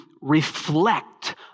reflect